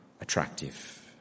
attractive